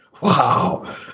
Wow